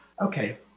okay